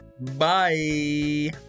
Bye